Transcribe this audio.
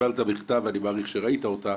קיבלת מכתב, אני מעריך שראית אותו.